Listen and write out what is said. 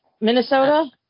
Minnesota